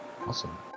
Awesome